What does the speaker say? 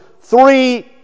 three